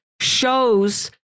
shows